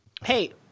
Hey